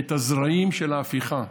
את הזרעים של ההפיכה,